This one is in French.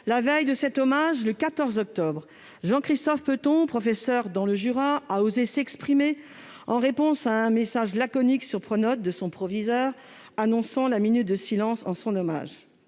La veille de cet hommage, le 14 octobre, Jean-Christophe Peton, professeur dans le Jura, a osé s'exprimer, en réponse à un message laconique de son proviseur sur l'application Pronote annonçant la minute de silence en hommage